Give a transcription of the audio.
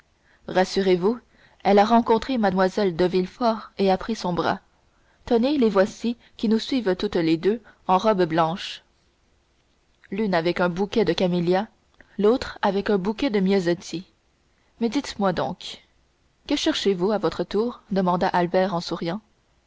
rassurez-vous elle a rencontré mlle de villefort et a pris son bras tenez les voici qui nous suivent toutes les deux en robes blanches l'une avec un bouquet de camélias l'autre avec un bouquet de myosotis mais dites-moi donc que cherchez-vous à votre tour demanda albert en souriant